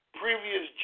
previous